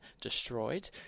destroyed